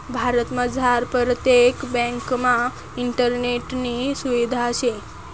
भारतमझार परतेक ब्यांकमा इंटरनेटनी सुविधा शे